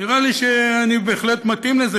נראה לי שאני בהחלט מתאים לזה.